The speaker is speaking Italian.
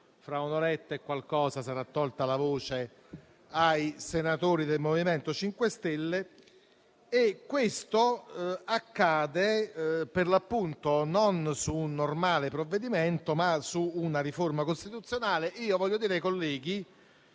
fra un'oretta e qualcosa sarà tolta la voce ai senatori del MoVimento 5 Stelle e questo accade per l'appunto non su un normale provvedimento, ma su una riforma costituzionale. Colleghi, soltanto per